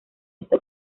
esta